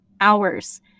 hours